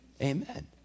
amen